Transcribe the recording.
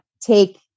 take